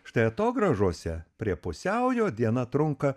štai atogrąžose prie pusiaujo diena trunka